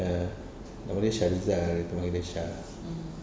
ya nama dia shahrizal kita panggil dia shah